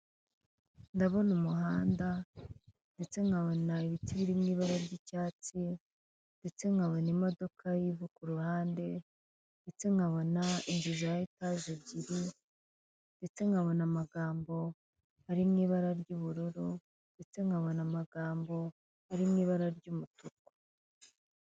Ndabona umuhanda, ndetse nkabona ibiti birimo ibara ry'icyatsi, ndetse nkabona imodoka iva ku ruhande, ndetse nkabona inzu za etage ebyiri, ndetse nkabona amagambo ari mu ibara ry'ubururu, ndetse nkabona amagambo ari mu ibara ry'umutuku.